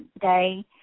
day